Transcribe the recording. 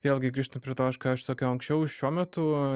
vėlgi grįžtu prie to ką aš sakiau anksčiau šiuo metu